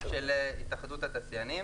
של התאחדות התעשיינים.